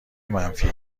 منفی